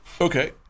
Okay